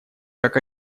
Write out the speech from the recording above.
как